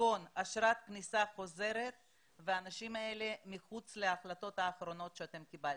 אשרת כניסה חוזרת והאנשים האלה מחוץ להחלטות האחרונות שאתם קיבלתם,